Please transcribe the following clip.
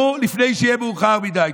תתעוררו לפני שיהיה מאוחר מדי.